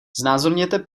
znázorněte